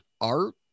art